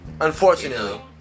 Unfortunately